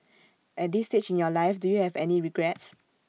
at this stage in your life do you have any regrets